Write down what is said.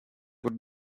would